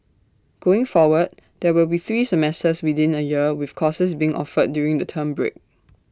going forward there will be three semesters within A year with courses being offered during the term break